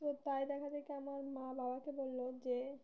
তো তাই দেখাদেখি আমার মা বাবাকে বললো যে